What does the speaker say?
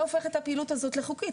לא הופכת את הפעילות הזאת לחוקית.